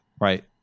right